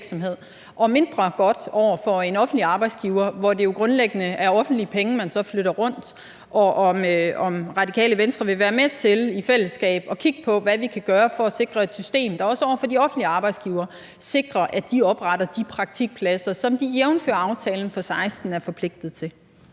og mindre godt over for en offentlig arbejdsgiver, hvor det jo grundlæggende er offentlige penge, man så flytter rundt? Og vil ordføreren være med til i fællesskab at kigge på, hvad vi kan gøre for at sikre et system, der også over for de offentlige arbejdsgivere sikrer, at de opretter de praktikpladser, som de jævnfør aftalen fra 2016 er forpligtet til?